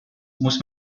muss